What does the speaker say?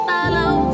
Follow